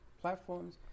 platforms